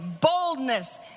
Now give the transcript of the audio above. boldness